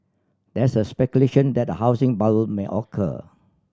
there is speculation that a housing bubble may occur